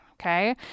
Okay